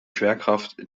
schwerkraft